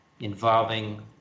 involving